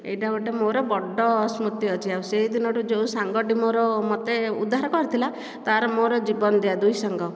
ଏଇଟା ଗୋଟିଏ ମୋର ବଡ଼ ସ୍ମୃତି ଅଛି ଆଉ ସେଦିନଠାରୁ ଯେଉଁ ସାଙ୍ଗଟି ମୋର ମୋତେ ଉଦ୍ଧାର କରିଥିଲା ତାର ମୋର ଜୀବନଯାକ ଦୁଇ ସାଙ୍ଗ